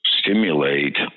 stimulate